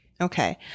Okay